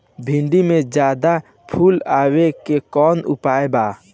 भिन्डी में ज्यादा फुल आवे के कौन उपाय बा?